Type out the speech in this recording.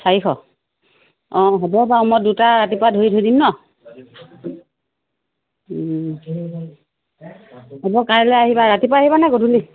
চাৰিশ অঁ হ'ব বাৰু মই দুটা ৰাতিপুৱা ধৰি থৈ দিম ন হ'ব কাইলে আহিবা ৰাতিপুৱা আহিবা নে গধূলি